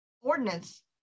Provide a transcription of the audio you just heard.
ordinance